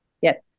yes